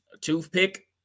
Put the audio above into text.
toothpick